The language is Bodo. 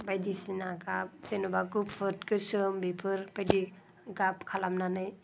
बायदिसिना गाब जेन'बा गुफुर गोसोम बेफोरबायदि गाब खालामनानै